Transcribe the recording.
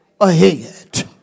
ahead